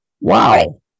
Wow